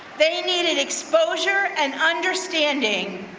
they needed exposure and understanding.